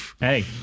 hey